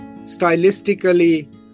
stylistically